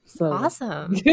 Awesome